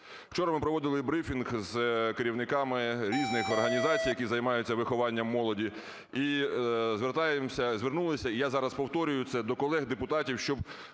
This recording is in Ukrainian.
Вчора ми проводили брифінг з керівниками різних організацій, які займаються вихованням молоді, і звертаємося, звернулися, і я зараз повторюю це до колег депутатів,